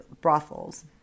brothels